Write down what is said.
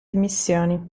dimissioni